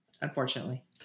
unfortunately